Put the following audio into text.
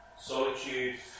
solitude